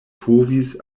povis